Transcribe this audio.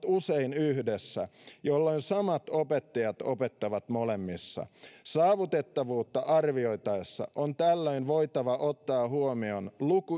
usein yhdessä jolloin samat opettajat opettavat molemmissa saavutettavuutta arvioitaessa on tällöin voitava ottaa huomioon